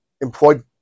employed